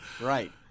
Right